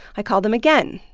i call them again.